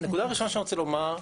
הנקודה הראשונה שאני רוצה לומר,